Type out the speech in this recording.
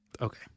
Okay